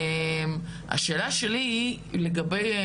השאלה שלי היא לגבי,